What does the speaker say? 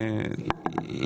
ואנחנו כן צריכים